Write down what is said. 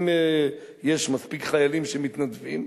אם יש מספיק חיילים שמתנדבים,